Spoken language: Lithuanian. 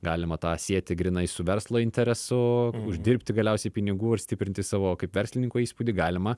galima tą sieti grynai su verslo interesu uždirbti galiausiai pinigų ir stiprinti savo kaip verslininko įspūdį galima